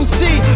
see